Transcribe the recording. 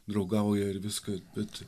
draugauja ir viską bet